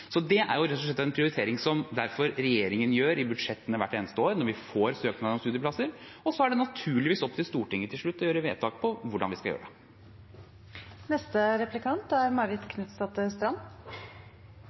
Det er rett og slett en prioritering som derfor regjeringen gjør i budsjettene hvert eneste år når vi får søknad om studieplasser. Og så er det naturligvis opp til Stortinget til slutt å fatte vedtak om hvordan vi skal gjøre det. Jeg takker for statsrådens innlegg. Dette er